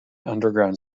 underground